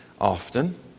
often